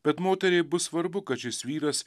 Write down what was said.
bet moteriai bus svarbu kad šis vyras